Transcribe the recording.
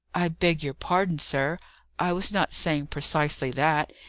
i beg your pardon, sir i was not saying precisely that,